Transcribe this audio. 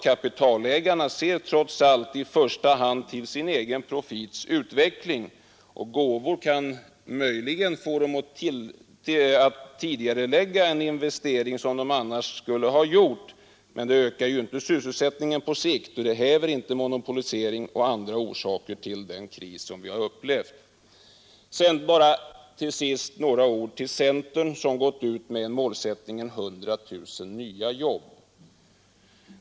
Kapitalägarna ser trots allt i första hand till sin egen profitutveckling. Gåvor kan möjligen få dem att tidigarelägga en investering som de annars skulle ha gjort vid ett senare tillfälle, men gåvorna ökar inte sysselsättningen på sikt och häver inte heller monopoliseringen och andra orsaker till den kris som vi har upplevt. Till sist några ord till centern, som har gått ut med målsättningen 100 000 nya jobb.